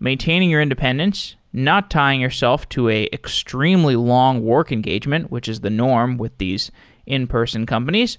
maintaining your independence, not tying yourself to an extremely long work engagement, which is the norm with these in-person companies,